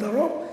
דרום,